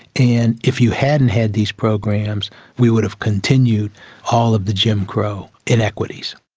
and if you hadn't had these programs we would have continued all of the jim crow inequities.